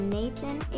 Nathan